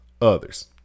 others